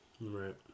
Right